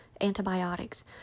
antibiotics